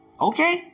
Okay